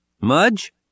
Mudge